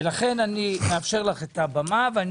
לכן אני מאשר לך את הבמה וגם